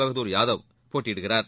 பகதூர் யாதவ் போட்டியிடுகிறார்